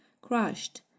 crushed